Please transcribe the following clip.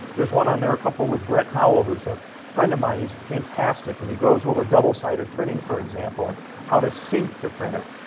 there's one on there, a couple with brett howell, who's a friend of mine. he's fantastic. and he goes over double-sided printing, for example, and how to sync the printer.